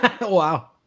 wow